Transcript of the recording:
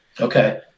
okay